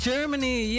Germany